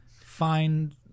find